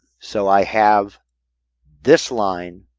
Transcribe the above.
so i have this line,